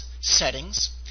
settings